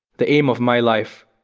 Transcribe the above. the aim of my life